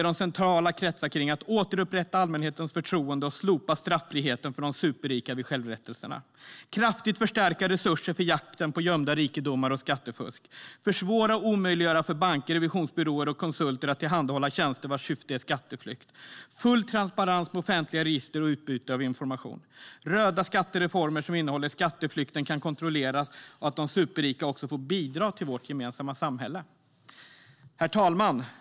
De centrala delarna kretsar kring att återupprätta allmänhetens förtroende slopa straffriheten för de superrika vid självrättelser kraftigt förstärka resurserna till jakten på gömda rikedomar och skattefusk försvåra och omöjliggöra för banker, revisionsbyråer och konsulter att tillhandahålla tjänster vars syfte är skatteflykt skapa full transparens i offentliga register och utbyte av information genomföra röda skattereformer som gör att skatteflykten kan kontrolleras och att de superrika också får bidra till vårt gemensamma samhälle. Herr talman!